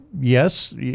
Yes